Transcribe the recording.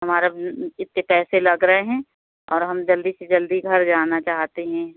हमारे इतने पैसे लग रहे हैं और हम जल्दी से जल्दी घर जाना चाहते हैं